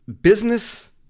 business